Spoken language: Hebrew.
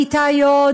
כיתה י',